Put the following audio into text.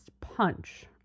punch